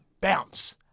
bounce